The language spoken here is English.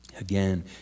again